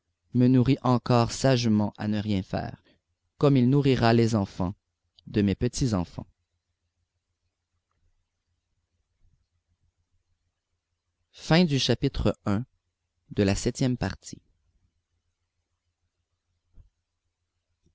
me nourrit encore sagement à ne rien faire comme il nourrira les enfants de mes petits-enfants